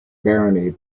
barony